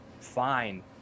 fine